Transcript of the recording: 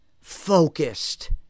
Focused